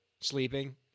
sleeping